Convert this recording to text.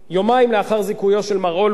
נציין שש שנים לתחילתה?